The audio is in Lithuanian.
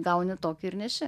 gauni tokį ir neši